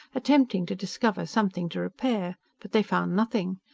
attempting to discover something to repair. but they found nothing.